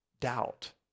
doubt